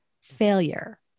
failure